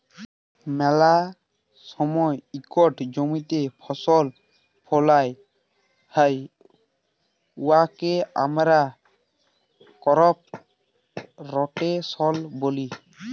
ম্যালা সময় ইকট জমিতে ফসল ফলাল হ্যয় উয়াকে আমরা করপ রটেশল ব্যলি